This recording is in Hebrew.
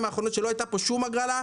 האחרונות שלא הייתה פה שום הגרלה,